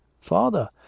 Father